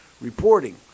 reporting